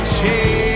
change